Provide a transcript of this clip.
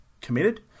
committed